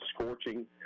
scorching